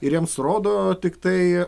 ir jiems rodo tiktai